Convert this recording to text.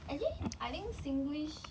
I think I think singlish